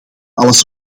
alles